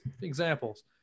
examples